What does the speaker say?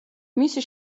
მისი